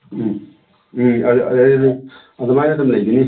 ꯎꯝ ꯎꯝ ꯑꯗꯨꯃꯥꯏꯅ ꯑꯗꯨꯝ ꯂꯩꯒꯅꯤ